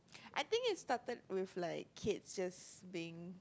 I think it started with like kids just being